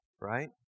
right